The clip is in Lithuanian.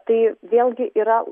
tai vėlgi yra